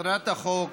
מטרת החוק